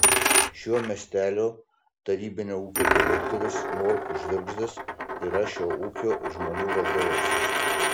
šio miestelio tarybinio ūkio direktorius morkus žvirgždas yra šio ūkio ir žmonių valdovas